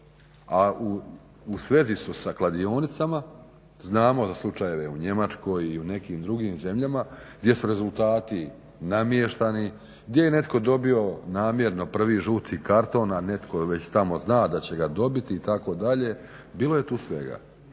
a u svezi su sa kladionicama, znamo za slučajeve u Njemačkoj i u nekim drugim zemljama gdje su rezultati namještani, gdje je netko dobio namjerno prvi žuti karton, a netko već tamo zna da će ga dobiti itd., bilo je tu svega.